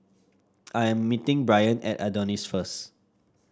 I am meeting Brian at Adonis Hotel first